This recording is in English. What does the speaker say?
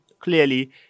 Clearly